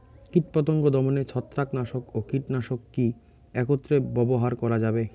কীটপতঙ্গ দমনে ছত্রাকনাশক ও কীটনাশক কী একত্রে ব্যবহার করা যাবে?